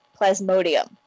plasmodium